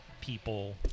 people